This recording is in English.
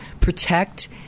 protect